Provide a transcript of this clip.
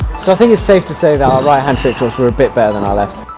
so think it's safe to say that our right hand trick shots were a bit better than our left.